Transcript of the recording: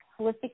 Holistic